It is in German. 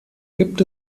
gibt